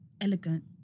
elegant